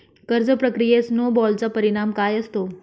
कर्ज प्रक्रियेत स्नो बॉलचा परिणाम काय असतो?